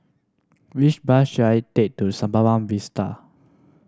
which bus should I take to Sembawang Vista